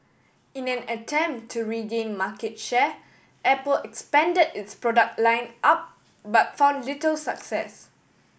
in an attempt to regain market share Apple expanded its product line up but found little success